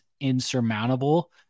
insurmountable